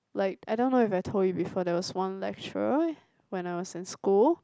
like I don't know if I told you before there was one lecturer when I was in school